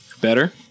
Better